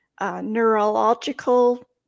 neurological